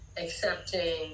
Accepting